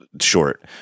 short